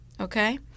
okay